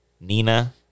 Nina